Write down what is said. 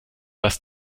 lass